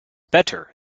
better